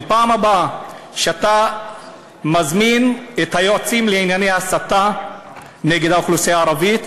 בפעם הבאה שאתה מזמין את היועצים לענייני הסתה נגד האוכלוסייה הערבית,